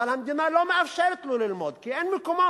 אבל המדינה לא מאפשרת לו ללמוד כי אין מקומות.